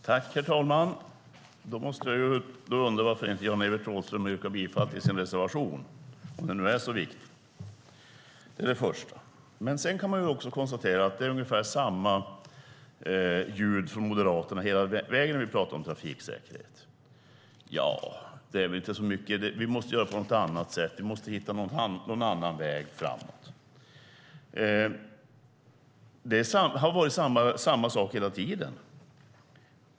Herr talman! Om det nu är så viktigt måste jag undra varför Jan-Evert Rådhström inte yrkar bifall till sin reservation. Det är det första. Sedan kan man konstatera att det är ungefär samma ljud från Moderaterna hela vägen när vi talar om trafiksäkerhet. Ja, det är väl inte så mycket att göra. Vi måste göra på något annat sätt. Vi måste hitta någon annan väg framåt. Det har varit samma sak hela tiden.